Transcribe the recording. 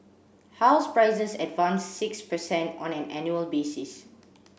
house prices advanced six per cent on an annual basis